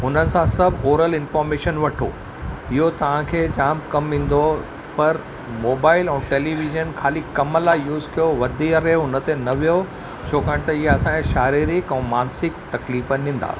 हुननि सां सभु ओरल इंफॉर्मेशन वठो इहो तव्हांखे जाम कमु ईंदो पर मोबाइल ऐं टेलीविजन ख़ाली कमु लाइ यूस कयो वधी करे हुन ते न वेहो छाकाणि त हीअ असांजे शारीरिकु ऐं मानसिकु तकलीफ़ ॾींदा